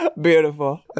beautiful